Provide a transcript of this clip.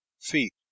Feet